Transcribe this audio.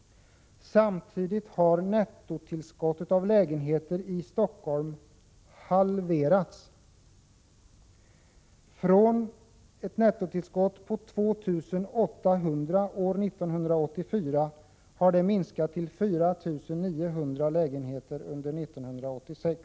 Samtidigt har nettotillskottet av lägenheter i Stockholm halverats. Nettotillskottet har minskat från 8 800 lägenheter år 1984 till 4 900 under 1986.